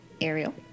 Ariel